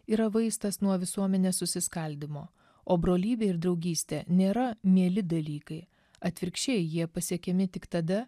yra vaistas nuo visuomenės susiskaldymo o brolybė ir draugystė nėra mieli dalykai atvirkščiai jie pasiekiami tik tada